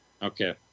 Okay